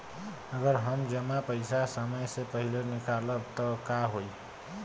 अगर हम जमा पैसा समय से पहिले निकालब त का होई?